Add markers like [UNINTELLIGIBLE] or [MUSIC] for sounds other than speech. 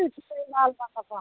[UNINTELLIGIBLE]